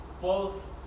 false